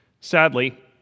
Sadly